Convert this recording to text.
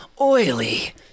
oily